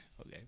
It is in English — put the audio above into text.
Okay